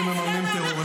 שמממנים טרור.